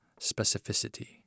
specificity